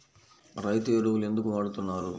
రైతు ఎరువులు ఎందుకు వాడుతున్నారు?